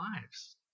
lives